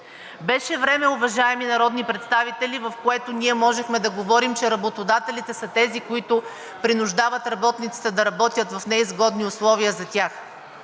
Беше време, уважаеми народни представители, в което ние можехме да говорим, че работодателите са тези, които принуждават работниците да работят в неизгодни условия за тях.